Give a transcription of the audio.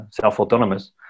self-autonomous